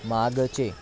मागचे